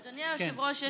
אדוני היושב-ראש,